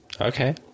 Okay